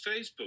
Facebook